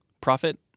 Profit